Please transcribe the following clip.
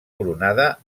coronada